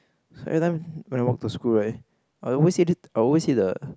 so every time when I walk to school right I always say I always see the